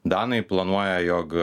danai planuoja jog